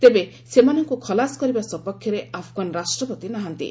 ତେବେ ସେମାନଙ୍କୁ ଖଲାସ କରିବା ସପକ୍ଷରେ ଆଫଗାନ ରାଷ୍ଟ୍ରପତି ନାହାନ୍ତି